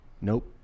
nope